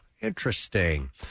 interesting